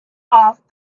off